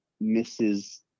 misses